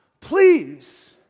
please